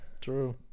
True